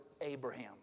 Abraham